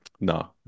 No